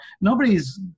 nobody's